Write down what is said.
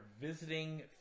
visiting